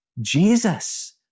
Jesus